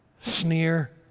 sneer